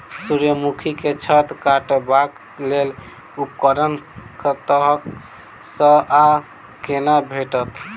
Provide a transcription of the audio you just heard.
सूर्यमुखी केँ छत्ता काटबाक लेल उपकरण कतह सऽ आ कोना भेटत?